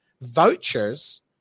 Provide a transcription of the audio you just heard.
vouchers